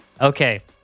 Okay